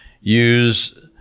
use